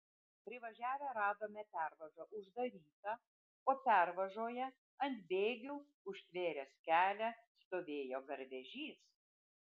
privažiavę radome pervažą uždarytą o pervažoje ant bėgių užtvėręs kelią stovėjo garvežys